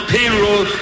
Payroll